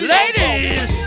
Ladies